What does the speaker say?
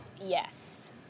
Yes